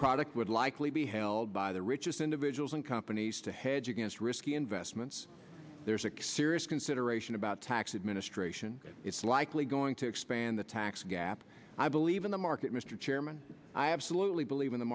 product would likely be held by the richest individuals and companies to hedge against risky investments there's a serious consideration about tax administration it's likely going to expand the tax gap i believe in the market mr chairman i absolutely believe in the